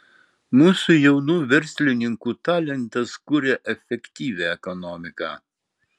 mūsų jaunų verslininkų talentas kuria efektyvią ekonomiką